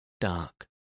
dark